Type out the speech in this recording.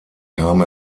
kam